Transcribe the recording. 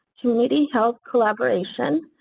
community health collaboration,